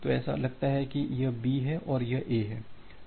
तो ऐसा लगता है कि यह B है और यह A है